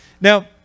Now